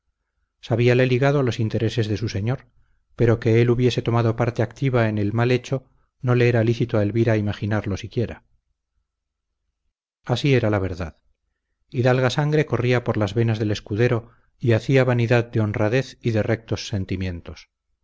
esposo sabíale ligado a los intereses de su señor pero que él hubiese tomado parte activa en el mal hecho no le era lícito a elvira imaginarlo siquiera así era la verdad hidalga sangre corría por las venas del escudero y hacía vanidad de honradez y de rectos sentimientos